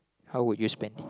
how would you spend it